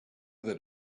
that